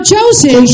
Joseph